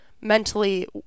mentally